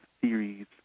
theories